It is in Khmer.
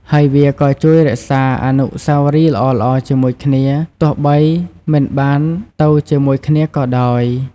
ហើយវាក៏ជួយរក្សាអនុស្សាវរីយ៍ល្អៗជាមួយគ្នា ទោះបីមិនបានទៅជាមួយគ្នាក៏ដោយ។